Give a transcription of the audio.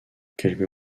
quelques